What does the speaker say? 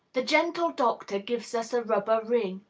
the gentle doctor gives us a rubber ring,